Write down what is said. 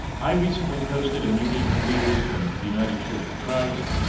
i recently posted a meeting of leaders from the united church of christ,